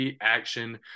action